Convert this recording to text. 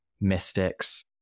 mystics